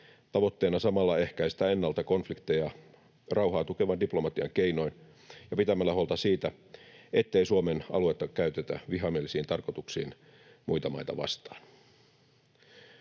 tavoitteena samalla ehkäistä ennalta konflikteja rauhaa tukevan diplomatian keinoin ja pitämällä huolta siitä, ettei Suomen aluetta käytetä vihamielisiin tarkoituksiin muita maita vastaan.